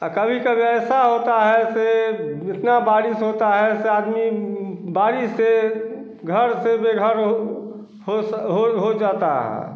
और कभी कभी ऐसा होता है से इतना बारिश होता है से आदमी बारिश से घर से बेघर हो हो स हो जाता है